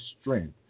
strength